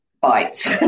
bites